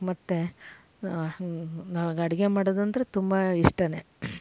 ಮತ್ತು ನಮಗೆ ಅಡುಗೆ ಮಾಡೋದಂದ್ರೆ ತುಂಬ ಇಷ್ಟ